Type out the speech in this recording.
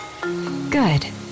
good